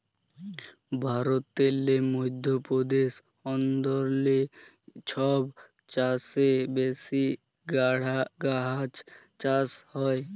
ভারতেল্লে মধ্য প্রদেশ অঞ্চলে ছব চাঁঁয়ে বেশি গাহাচ চাষ হ্যয়